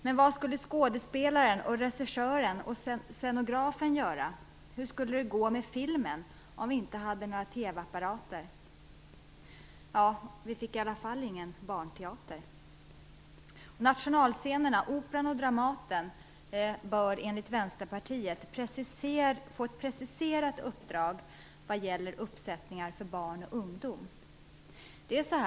Men vad skulle skådespelaren, regissören och scenografen göra? Hur skulle det gå med filmen om vi inte hade några TV-apparater? Vi fick i alla fall ingen barnteater. Nationalscenerna Operan och Dramaten bör enligt Vänsterpartiet få ett preciserat uppdrag vad gäller uppsättningar för barn och ungdom.